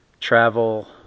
travel